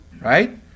Right